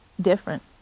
different